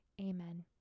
Amen